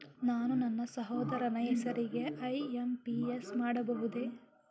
ನಾನು ನನ್ನ ಸಹೋದರನ ಹೆಸರಿಗೆ ಐ.ಎಂ.ಪಿ.ಎಸ್ ಮಾಡಬಹುದೇ?